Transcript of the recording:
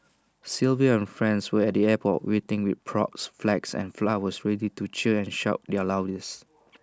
Sylvia and friends were at the airport waiting with props flags and flowers ready to cheer and shout their loudest